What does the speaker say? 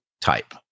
type